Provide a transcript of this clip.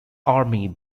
army